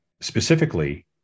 specifically